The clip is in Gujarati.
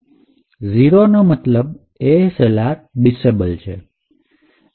૦ નો મતલબ ASLR ડિસેબલ છે